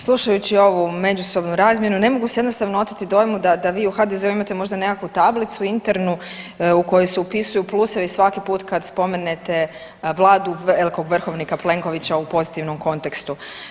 Slušajući ovu međusobnu razmjenu ne mogu si jednostavno oteti dojmu da vi u HDZ-u imate možda nekakvu tablicu internu u koju se upisuju plusevi svaki put kad spomenete Vladu velikog vrhovnika Plenkovića u pozitivnom kontekstu.